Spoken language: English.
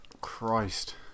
Christ